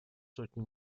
сотни